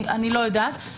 אני לא יודעת.